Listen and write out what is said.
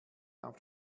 auf